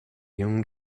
young